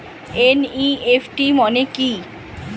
NEFT মনে কি?